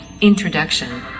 Introduction